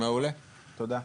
מעולה, תודה.